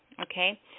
okay